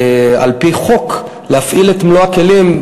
על-פי חוק, להפעיל את מלוא הכלים.